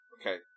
okay